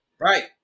Right